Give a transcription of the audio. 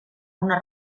una